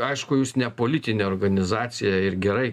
aišku jūs ne politinė organizacija ir gerai